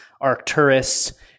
Arcturus